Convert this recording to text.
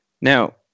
Now